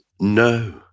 No